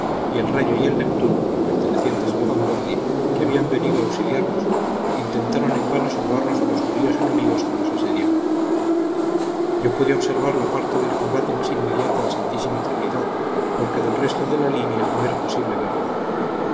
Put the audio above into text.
y el rayo y el neptuno pertenecientes a la vanguardia que habían venido a auxiliarnos intentaron en vano salvarnos de los navíos enemigos que nos asediaban yo pude observar la parte del combate más inmediata al santísima trinidad porque del resto de la línea no era posible ver nada